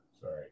Sorry